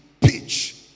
pitch